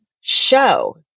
show